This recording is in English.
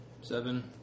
seven